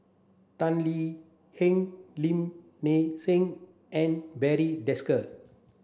Tan Lee Leng Lim Nang Seng and Barry Desker